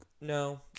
no